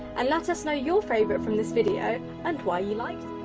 and let us know your favorite from this video and why you liked